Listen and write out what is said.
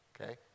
okay